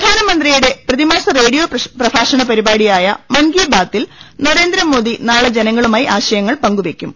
പ്രധാനമന്ത്രിയുടെ പ്രതിമാസ റേഡിയോ പ്രഭാഷണ പരിപാടി യായ മൻ കി ബാത്തിൽ നരേന്ദ്രമോദി നാളെ ജനങ്ങളുമായി ആശ യങ്ങൾ പങ്കുവെയ്ക്കും